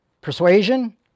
persuasion